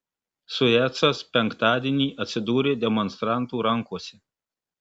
suecas penktadienį atsidūrė demonstrantų rankose